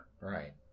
right